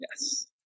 yes